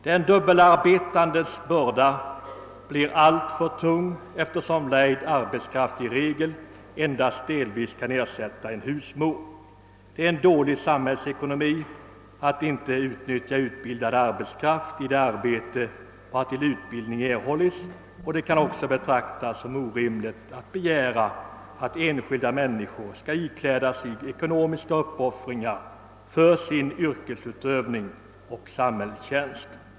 Den dubbelarbetandes börda blir alltför tung eftersom lejd arbetskraft i regel endast delvis kan ersätta en husmor. Det är dålig samhällsekonomi att inte utnyttja utbildad arbetskraft i det arbete vartill utbildning erhållits, och det kan också betraktas som orimligt att begära att enskilda människor skall ikläda sig ekonomiska uppoffringar för sin yrkesutövning och samhällstjänst.